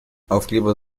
aufkleber